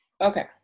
okay